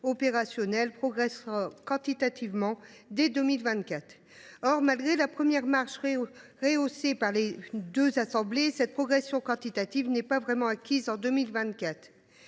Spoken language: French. opérationnelle progressera quantitativement dès 2024 ». Or, malgré une première marche rehaussée par les deux assemblées, cette progression quantitative n’est pas réellement acquise en 2024.